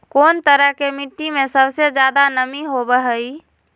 कौन तरह के मिट्टी में सबसे जादे नमी होबो हइ?